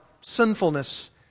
sinfulness